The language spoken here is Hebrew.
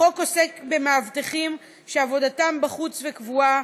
החוק עוסק במאבטחים שעבודתם בחוץ וקבועה,